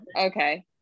okay